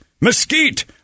mesquite